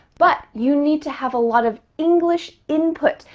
but you need to have a lot of english input.